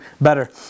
better